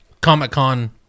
Comic-Con